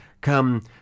come